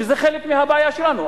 שזה חלק מהבעיה שלנו.